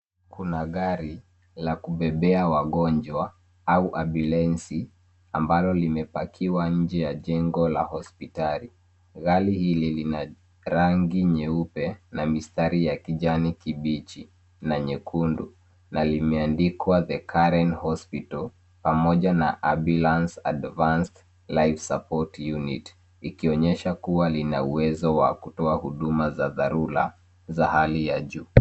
Kuna gari la kubebea wagonjwa (ambulensi) lililopakiwa kando ya jengo la hospitali. Gari hili lina rangi nyeupe likiwa na mistari ya kijani kibichi na nyekundu. Pia limeandikwa “The Curren Hospital” pamoja na “Ambulance Advanced Life Support Unit.”